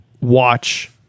watch